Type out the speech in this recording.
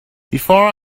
before